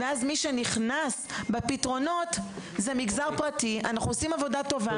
ואז מי שנכנס בפתרונות זה המגזר הפרטי ואנחנו עושים עבודה טובה,